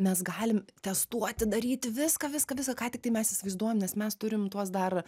mes galim testuoti daryti viską viską viską ką tiktai mes įsivaizduojam nes mes turim tuos dar